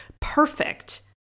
perfect